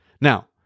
Now